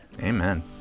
Amen